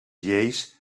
lleis